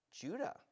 Judah